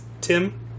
Tim